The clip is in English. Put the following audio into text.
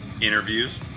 Interviews